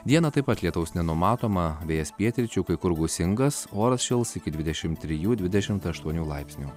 dieną taip pat lietaus nenumatoma vėjas pietryčių kai kur gūsingas oras šils iki dvidešim trijų dvidešimt aštuonių laipsnių